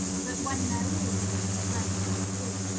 but when there is, and the friend comes in,